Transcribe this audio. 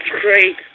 great